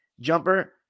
jumper